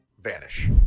vanish